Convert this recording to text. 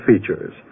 features